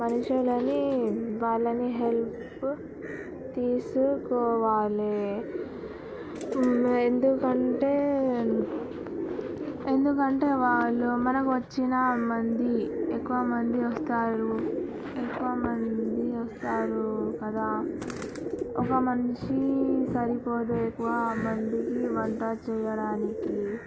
మనుషులని వాళ్ళని హెల్ప్ తీసుకోవాలి ఎందుకంటే ఎందుకంటే వాళ్ళు మనకు వచ్చిన మంది ఎక్కువమంది వస్తారు ఎక్కువమంది వస్తారు కదా ఒక మనిషి సరిపోదు ఎక్కువ మందికి వంట చేయడానికి